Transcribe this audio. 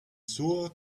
sure